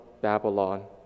Babylon